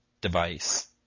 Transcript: device